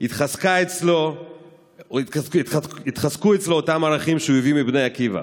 התחזקו אצלו אותם ערכים שהוא הביא מבני עקיבא: